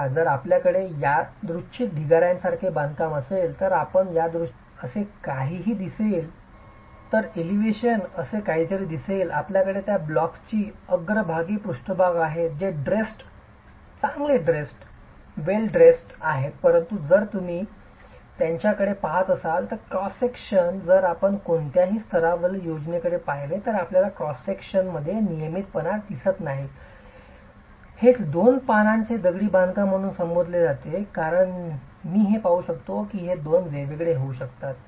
आता जर आपल्याकडे यादृच्छिक ढिगाऱ्या सारखे बांधकाम असेल तर आणि एलिव्हेशन असे काहीतरी दिसेल आपल्याकडे त्या ब्लॉक्सची अग्रभागी पृष्ठभाग आहेत जे ड्रेसड चांगले ड्रेसड cut ड्रेसड आहेत परंतु जर तुम्ही त्याकडे पाहत असाल तर क्रॉस सेक्शन जर आपण कोणत्याही स्तरावरील योजनेकडे पाहिले तर आपल्याला क्रॉसमध्ये नियमितपणा दिसत नाही विभाग आणि येथे हेच दोन पानांचे दगडी बांधकाम म्हणून संबोधले जात आहे कारण मी हे पाहू शकतो की हे दोन वेगळे होऊ शकतात